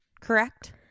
correct